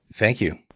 thank you.